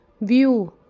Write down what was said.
View